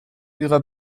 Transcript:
ihrer